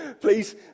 please